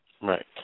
Right